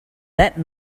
that